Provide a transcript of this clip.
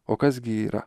o kas gi yra